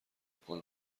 کنه